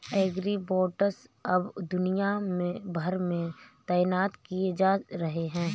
agribots अब दुनिया भर में तैनात किए जा रहे हैं